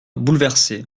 bouleversée